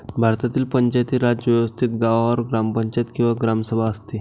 भारतातील पंचायती राज व्यवस्थेत गावावर ग्रामपंचायत किंवा ग्रामसभा असते